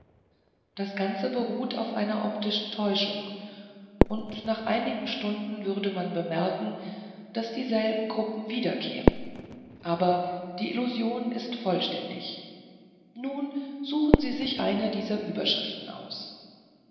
das ganze beruht auf einer optischen täuschung und nach einigen stunden würde man bemerken daß dieselben gruppen wiederkehren aber die illusion ist vollständig nun suchen sie sich eine dieser überschriften aus